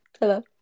Hello